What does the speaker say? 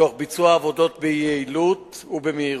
תוך ביצוע העבודות ביעילות ובמהירות.